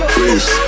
Please